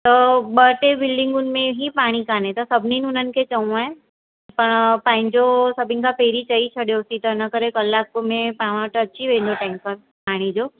त ॿ टे बिल्डिंगुनि में ई पाणी कान्हे त सभनिनि हुननि खे चवणो आहे पंहिंजो सभिनी खां पंहिंरी चई छॾियोसीं त इनकरे कलाकु में तव्हां वटि अची वेंदो टेंकर पाणीअ जो